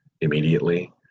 immediately